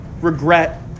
regret